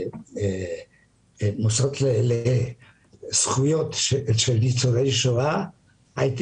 של המוסדות לזכויות של ניצולי שואה הייתי